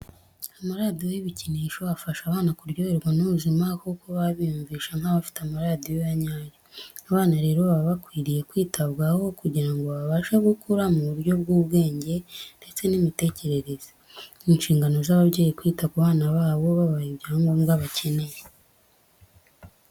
Amaradiyo y'ibikinisho afasha abana kuryoherwa n'ubuzima kuko baba biyumva nk'abafite amaradiyo ya nyayo. Abana rero baba bakwiriye kwitabwaho kugira ngo babashe gukura mu buryo bw'ubwenge ndetse n'imitekerereze. Ni inshingano z'ababyeyi kwita ku bana babo, babaha ibyangombwa bakeneye.